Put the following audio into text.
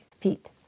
feet